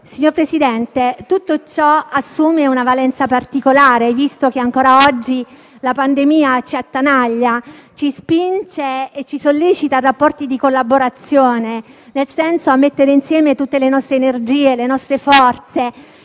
Signor Presidente, tutto ciò assume una valenza particolare visto che ancora oggi la pandemia ci attanaglia, ci spinge e ci sollecita a rapporti di collaborazione per mettere insieme tutte le nostre energie, le nostre forze,